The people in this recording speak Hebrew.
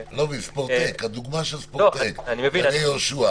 --- הדוגמה של הספורט, גני יהושע